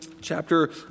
chapter